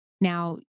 Now